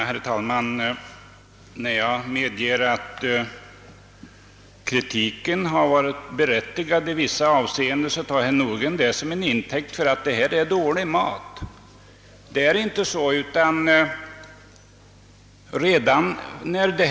Herr talman! När jag sade att kritiken i vissa avseenden är berättigad menade jag inte, som herr Nordgren ville göra gällande, att det serverades dålig mat.